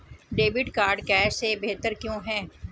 Debit card cash से बेहतर क्यों है?